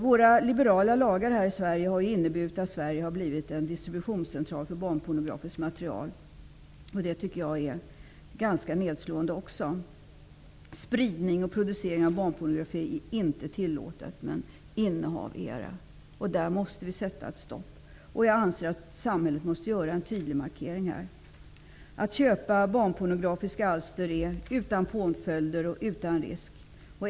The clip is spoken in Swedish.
Våra liberala lagar här i Sverige har inneburit att Sverige har blivit en distributionscentral för barnpornografiskt material, och det är ganska nedslående. Spridning och produktion av barnpornografi är inte tillåtet, men innehav är tillåtet. Där måste vi sätta stopp. Jag anser att samhället måste göra en tydlig markering. Man kan köpa barnpornografiska alster utan påföljd och utan risk.